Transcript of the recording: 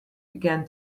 began